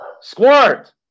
Squirt